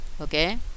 Okay